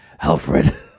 Alfred